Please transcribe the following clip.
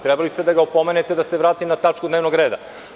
Trebali ste da ga opomenete da se vrati na tačku dnevnog reda.